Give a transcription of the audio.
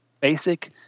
basic